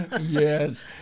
Yes